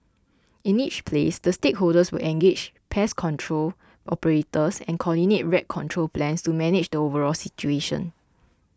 in each place the stakeholders will engage pest control operators and coordinate rat control plans to manage the overall situation